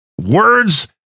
words